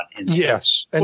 Yes